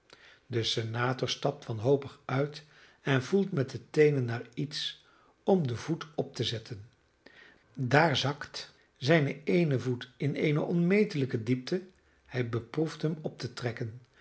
de senator stapt wanhopig uit en voelt met de teenen naar iets om den voet op te zetten daar zakt zijn eene voet in eene onmetelijke diepte hij beproeft hem op te trekken